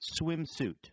swimsuit